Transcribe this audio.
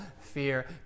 fear